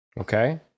Okay